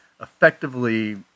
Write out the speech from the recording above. effectively